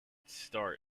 start